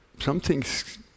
Something's